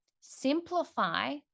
simplify